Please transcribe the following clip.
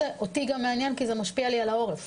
אותי גם מעניין כי זה משפיע לי על העורף.